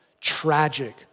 Tragic